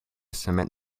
cement